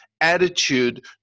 attitude